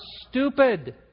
stupid